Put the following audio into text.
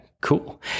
cool